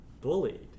bullied